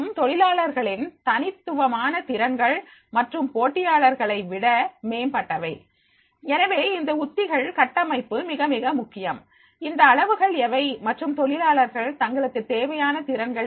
தொழிலாளர்களின் தனித்துவமான திறன்கள் மற்றும் போட்டியாளர்களை விட மேம்பட்டவை எனவே இந்த உத்திகள் கட்டமைப்பு மிக மிக முக்கியம் இந்த அளவுகள் எவை மற்றும் தொழிலாளர்கள் தங்களுக்கு தேவையான திறன்கள் எவை